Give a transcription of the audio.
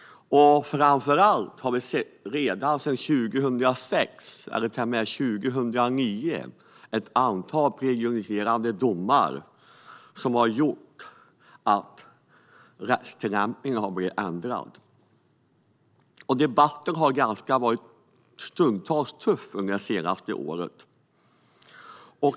Framför allt såg vi redan 2006 och 2009 ett antal prejudicerande domar som har lett till att rättstillämpningen ändrats. Herr talman! Debatten har stundtals varit ganska tuff under det senaste året.